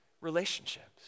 relationships